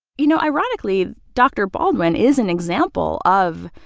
you know, ironically, dr. baldwin is an example of.